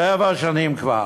שבע שנים כבר.